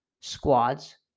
squads